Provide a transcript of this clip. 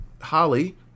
Holly